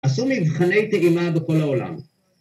‫עשו מבחני טעימה בכל העולם.